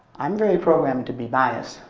i'm very programmed to be biased.